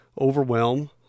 overwhelm